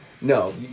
No